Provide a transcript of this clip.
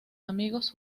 amigos